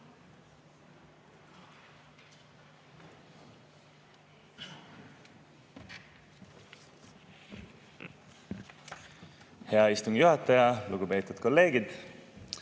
Hea istungi juhataja! Lugupeetud kolleegid!